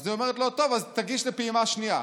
ואז היא אומרת לו: טוב, אז תגיש לפעימה השנייה.